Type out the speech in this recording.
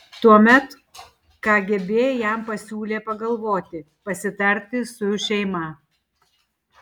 tuomet kgb jam pasiūlė pagalvoti pasitarti su šeima